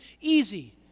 easy